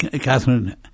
Catherine